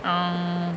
orh